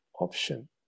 option